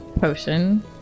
potion